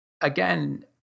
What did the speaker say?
again